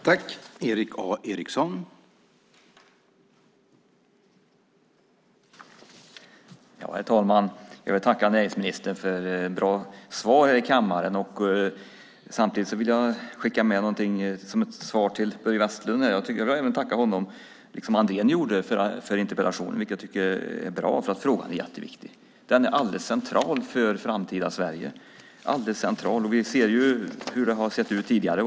Herr talman! Jag vill tacka näringsministern för bra svar här i kammaren. Samtidigt vill jag skicka med någonting som ett svar till Börje Vestlund. Jag vill även tacka honom, liksom Andrén gjorde, för interpellationen, som jag tycker är bra, för frågan är jätteviktig. Den är central för framtida Sverige. Vi vet hur det har sett ut tidigare.